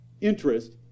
interest